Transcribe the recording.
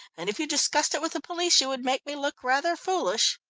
and if you discussed it with the police, you would make me look rather foolish.